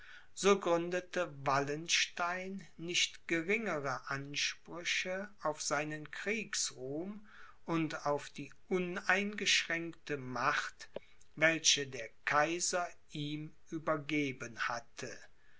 so gründete wallenstein nicht geringere ansprüche auf seinen kriegsruhm und auf die uneingeschränkte macht welche der kaiser ihm übergeben hatte